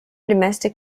domestic